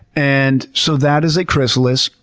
and so that is a chrysalis.